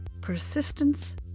persistence